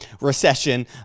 recession